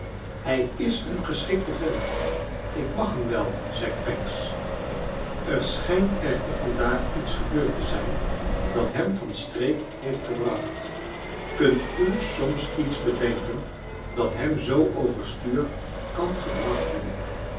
hij is een geschikte vent ik mag hem wel zei pancks er schrjnt echter vandaag iets gebeurd te zijn dat hem van streek heeft gebracht kunt u soms iets bedenken dat hem zoo overstuur kan gebracht hebben